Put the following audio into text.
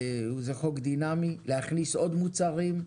זה חוק דינאמי, להכניס עוד מוצרים,